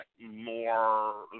more